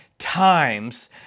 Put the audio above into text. times